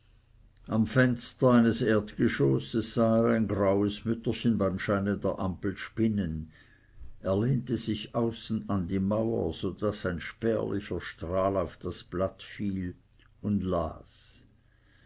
am fenster eines erdgeschosses sah er ein graues mütterchen beim scheine der ampel spinnen er lehnte sich außen an die mauer so daß ein spärlicher strahl auf das blatt fiel und las